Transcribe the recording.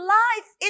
life